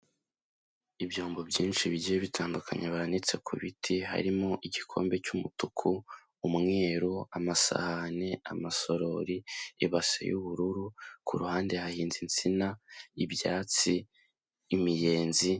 Ibyombo byinshi bigiye bitandukanya banitse ku biti harimo: igikombe cy'umutuku, umweru, amasahani, amasorori, ibase y'ubururu; ku ruhande hahinze: insina, ibyatsi, imiyenzi...